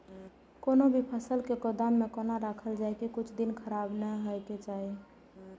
कोनो भी फसल के गोदाम में कोना राखल जाय की कुछ दिन खराब ने होय के चाही?